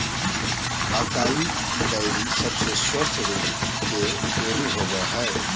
acai berry सबसे स्वस्थ रूप के बेरी होबय हइ